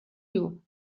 you